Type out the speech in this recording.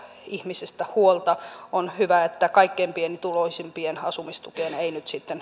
ihmisestä huolta on hyvä että kaikkein pienituloisimpien asumistukeen ei nyt sitten